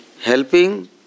helping